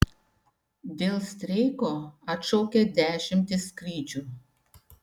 dėl streiko atšaukia dešimtis skrydžių